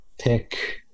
pick